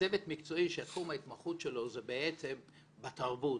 מצוות מקצועי שתחום ההתמחות שלו זה בעצם בתרבות,